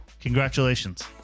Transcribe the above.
Congratulations